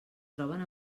troben